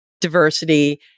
diversity